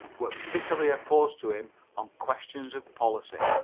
were bitterly opposed to him on questions of policy.